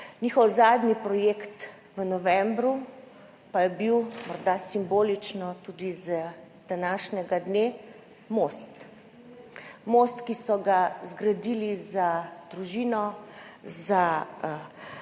Njihov zadnji projekt v novembru pa je bil, morda simbolično tudi z [vidika] današnjega dne, most. Most, ki so ga zgradili za družino, za